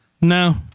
No